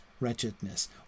wretchedness